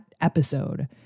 episode